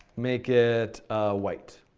make it white.